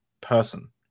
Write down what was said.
person